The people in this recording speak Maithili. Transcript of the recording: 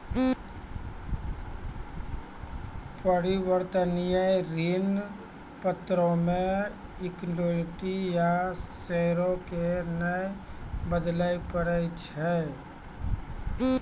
अपरिवर्तनीय ऋण पत्रो मे इक्विटी या शेयरो के नै बदलै पड़ै छै